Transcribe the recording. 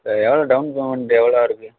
சரி எவ்வளோ down payment எவ்வளோ இருக்குது